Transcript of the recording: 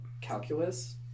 calculus